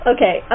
Okay